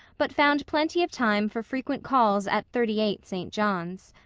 but found plenty of time for frequent calls at thirty-eight, st. john's.